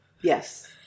yes